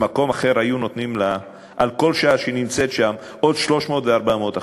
במקום אחר היו נותנים לה על כל שעה שהיא נמצאת שם עוד 300% ו-400%.